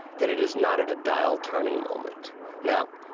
that it is not at a dial-turning moment now,